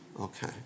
Okay